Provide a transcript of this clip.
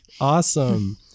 Awesome